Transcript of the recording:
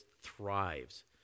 thrives